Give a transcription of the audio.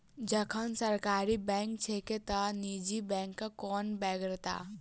जखन सरकारी बैंक छैके त निजी बैंकक कोन बेगरता?